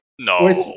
No